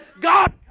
God